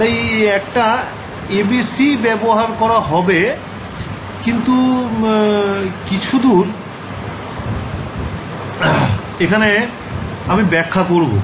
তাই একটা ABC ব্যবহার করা হবে কিন্তু কিছুদুর এখানে আমি ব্যখ্যা করবো